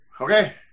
Okay